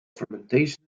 fermentation